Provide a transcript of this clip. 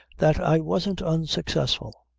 that i wasn't unsuccessful,